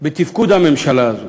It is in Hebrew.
בתפקוד הממשלה הזאת.